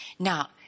Now